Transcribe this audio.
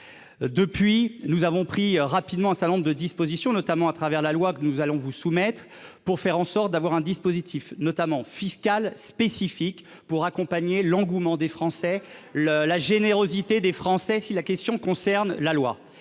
depuis, nous avons pris rapidement Salon de dispositions, notamment à travers la loi que nous allons vous soumettre pour faire en sorte d'avoir un dispositif notamment fiscales spécifiques pour accompagner l'engouement des Français le la générosité des Français si la question concerne la loi,